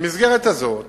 במסגרת הזאת,